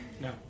No